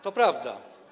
To prawda.